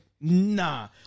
Nah